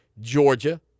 Georgia